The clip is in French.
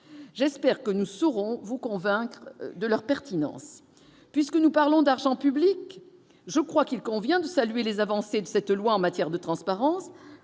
j'espère que nous saurons vous convaincre de leur pertinence puisque nous parlons d'argent public, je crois qu'il convient de saluer les avancées de cette loi en matière de transparence